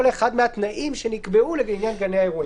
אחד מהתנאים שנקבעו בעניין גני האירועים.